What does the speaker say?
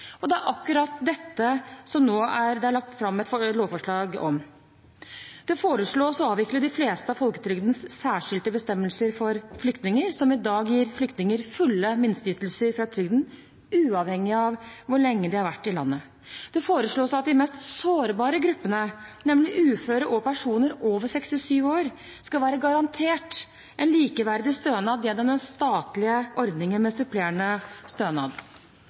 mulig. Det er akkurat dette som det nå er lagt fram et lovforslag om. Det foreslås å avvikle de fleste av folketrygdens særskilte bestemmelser for flyktninger, som i dag gir flyktninger fulle minsteytelser fra trygden, uavhengig av hvor lenge de har vært i landet. Det foreslås at de mest sårbare gruppene, nemlig uføre og personer over 67 år, skal være garantert en likeverdig stønad gjennom den statlige ordningen med supplerende stønad.